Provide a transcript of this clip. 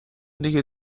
دیگه